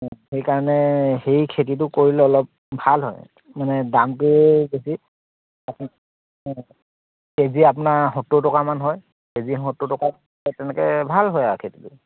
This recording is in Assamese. সেইকাৰণে সেই খেতিটো কৰিলে অলপ ভাল হয় মানে দামটো বেছি অঁ কে জি আপোনাৰ সত্তৰ টকামান হয় কে জি সত্তৰ টকাত তেনেকৈ ভাল হয় আৰু খেতিটো